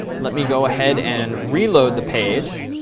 let me go ahead and reload the page.